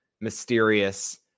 mysterious